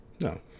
No